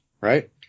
right